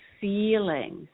feelings